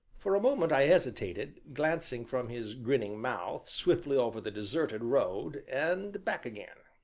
for a moment i hesitated, glancing from his grinning mouth swiftly over the deserted road, and back again.